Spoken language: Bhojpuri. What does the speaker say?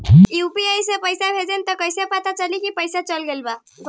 यू.पी.आई से पइसा भेजम त कइसे पता चलि की चल गेल बा की न?